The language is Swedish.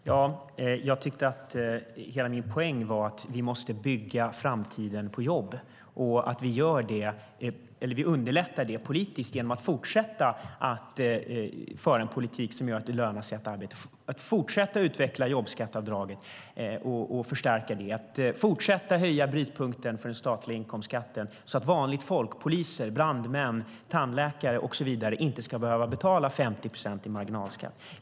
Herr talman! Min poäng var just att vi måste bygga framtiden på jobb och det underlättar vi politiskt genom att fortsätta att föra en politik som gör att det lönar sig att arbeta, att fortsätta att utveckla jobbskatteavdraget och förstärka det, att fortsätta att höja brytpunkten för den statliga inkomstskatten så att vanligt folk - poliser, brandmän, tandläkare och så vidare - inte ska behöva ha 50 procent i marginalskatt.